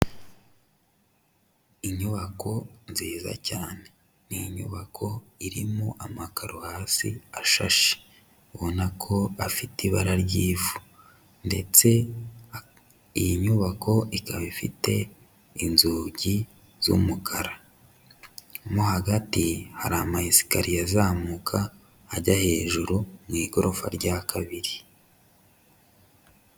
Inyubako nziza cyane, ni inyubako irimo amakaro hasi ashashe, ubona ko afite ibara ry'ivu ndetse iyi nyubako ikaba ifite inzugi z'umukara, mo hagati hari ama esikariye azamuka ajya hejuru mu igorofa rya kabiri.